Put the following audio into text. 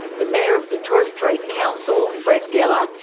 the mayor of the torres strait council, fred gela,